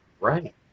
right